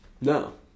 No